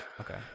okay